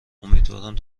امیدوارم